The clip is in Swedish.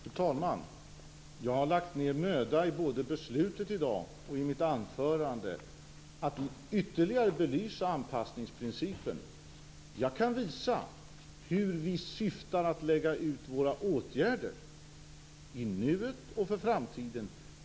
Fru talman! Jag har lagt ned möda både i beslutet i dag och i mitt anförande att ytterligare belysa anpassningsprincipen. Jag kan visa hur vi syftar att lägga ut våra åtgärder i nuet och för framtiden.